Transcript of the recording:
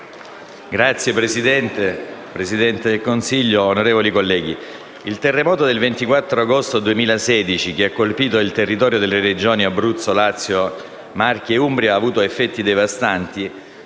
il terremoto del 24 agosto 2016 che ha colpito il territorio delle regioni Abruzzo, Lazio, Marche e Umbria ha avuto effetti devastanti,